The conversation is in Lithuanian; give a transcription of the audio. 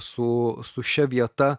su su šia vieta